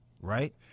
Right